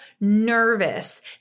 nervous